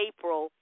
April